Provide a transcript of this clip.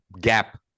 gap